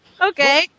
Okay